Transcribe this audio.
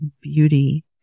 beauty